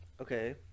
okay